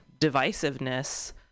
divisiveness